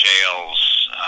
jails